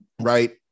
right